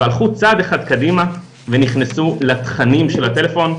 והלכו צעד אחד קדימה ונכנסו לתכנים של הטלפון.